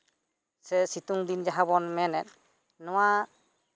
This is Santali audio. ᱥᱮ ᱥᱤᱛᱩᱝ ᱫᱤᱱ ᱡᱟᱦᱟᱸ ᱵᱚᱱ ᱢᱮᱱᱮᱫ ᱱᱚᱣᱟ